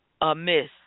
amiss